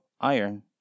iron